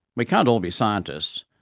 we can't all be scientists,